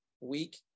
week